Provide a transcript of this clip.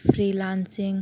free lancing